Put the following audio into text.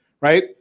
right